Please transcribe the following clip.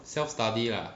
self study lah